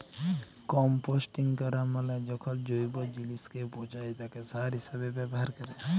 composting ক্যরা মালে যখল জৈব জিলিসকে পঁচায় তাকে সার হিসাবে ব্যাভার ক্যরে